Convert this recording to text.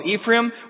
Ephraim